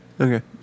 Okay